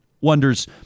Wonders